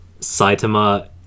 saitama